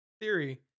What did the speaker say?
theory